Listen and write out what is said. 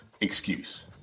excuse